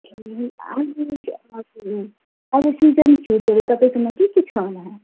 अब सिजन फ्रुट्सहरू तपाईँकोमा के के छ होला